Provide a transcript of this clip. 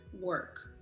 work